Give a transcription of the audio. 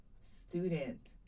student